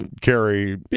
carry